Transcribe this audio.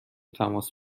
تماس